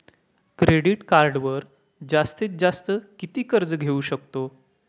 Credit कार्डवर जास्तीत जास्त किती कर्ज घेऊ शकतो?